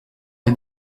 est